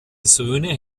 söhne